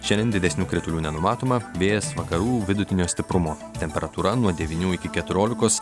šiandien didesnių kritulių nenumatoma vėjas vakarų vidutinio stiprumo temperatūra nuo devynių iki keturiolikos